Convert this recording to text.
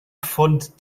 pfund